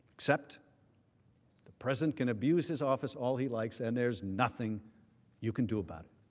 except the president can abuse his office all he likes and there is nothing you can do about it.